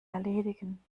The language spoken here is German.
erledigen